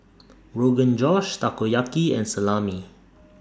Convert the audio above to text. Rogan Josh Takoyaki and Salami